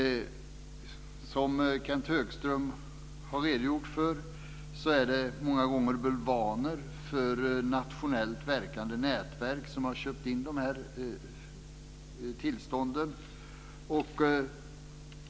Som Kenth Högström har redogjort för är det många gånger bulvaner för nationellt verkande nätverk som har köpt in dessa tillstånd.